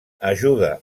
ajuda